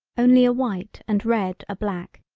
only a white and red are black,